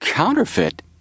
Counterfeit